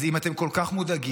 אז אם אתם כל כך מודאגים